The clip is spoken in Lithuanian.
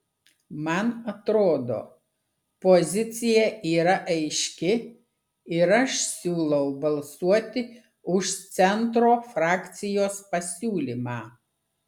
man atrodo pozicija yra aiški ir aš siūlau balsuoti už centro frakcijos pasiūlymą